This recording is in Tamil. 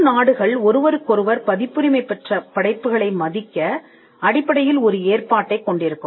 இரு நாடுகள் ஒருவருக்கொருவர் பதிப்புரிமை பெற்ற படைப்புகளை மதிக்க அடிப்படையில் ஒரு ஏற்பாட்டைக் கொண்டிருக்கும்